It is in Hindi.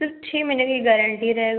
सिर्फ छः महीने की गारेंटी रहेगा